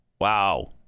Wow